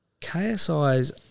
KSI's